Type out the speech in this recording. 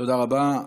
תודה רבה.